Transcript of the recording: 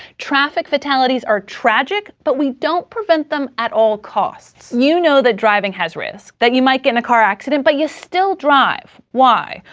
traffic fatalities are tragic, but we don't prevent them at all costs. you know that driving has risks, that you might get in a car accident, but still drive. why?